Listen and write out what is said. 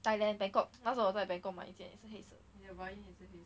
thailand bangkok 那时我在 bangkok 买一件也是黑色的